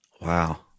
Wow